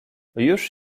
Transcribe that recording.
już